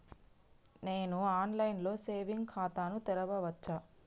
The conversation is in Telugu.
నేను ఆన్ లైన్ లో సేవింగ్ ఖాతా ను తెరవచ్చా?